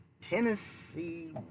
Tennessee